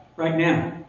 right now,